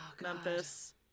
Memphis